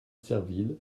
serville